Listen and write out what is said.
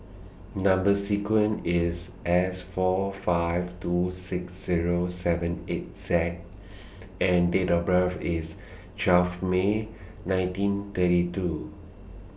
Number sequence IS S four five two six Zero seven eight Z and Date of birth IS twelve May nineteen thirty two